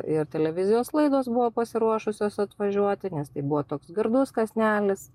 ir televizijos laidos buvo pasiruošusios atvažiuoti nes tai buvo toks gardus kasnelis